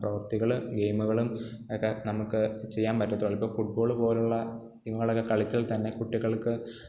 പ്രവൃത്തികൾ ഗെയിമുകളും ഒക്കെ നമുക്ക് ചെയ്യാൻ പറ്റത്തുള്ളൂ ഇപ്പം ഫുട്ബോൾ പോലെയുള്ള ഗെയിമുകളൊക്കെ കളിച്ചാൽത്തന്നെ കുട്ടികൾക്ക്